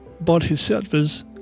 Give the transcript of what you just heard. bodhisattvas